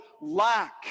lack